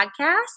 podcast